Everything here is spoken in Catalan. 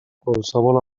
qualsevol